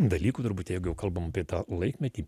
dalykų turbūt jeigu jau kalbam apie tą laikmetį